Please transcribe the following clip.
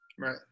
Right